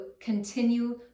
continue